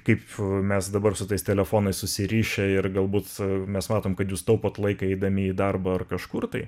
kaip mes dabar su tais telefonais susirišę ir galbūt mes matom kad jūs taupot laiką eidami į darbą ar kažkur tai